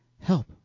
Help